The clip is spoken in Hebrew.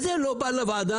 וזה לא בא לוועדה.